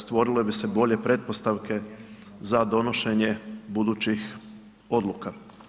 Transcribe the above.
Stvorile bi se bolje pretpostavke za donošenje budućih odluka.